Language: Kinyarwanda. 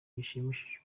gishimisha